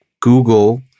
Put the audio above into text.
Google